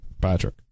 Patrick